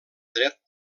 dret